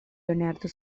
leonardo